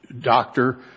doctor